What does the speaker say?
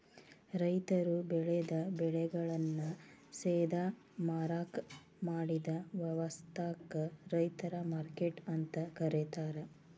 ರೈತರು ಬೆಳೆದ ಬೆಳೆಗಳನ್ನ ಸೇದಾ ಮಾರಾಕ್ ಮಾಡಿದ ವ್ಯವಸ್ಥಾಕ ರೈತರ ಮಾರ್ಕೆಟ್ ಅಂತ ಕರೇತಾರ